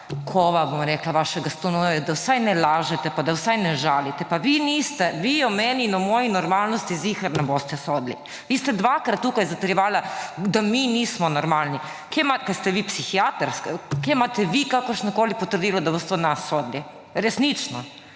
kova, bom rekla, vašega stanu, je, da vsaj ne lažete pa da vsaj ne žalite. Pa vi o meni in moji normalnosti ziher ne boste sodili. Vi ste dvakrat tukaj zatrjevali, da mi nismo normalni. Kaj ste vi psihiater? Kje imate vi kakršnokoli potrdilo, da boste o nas sodili? Resnično.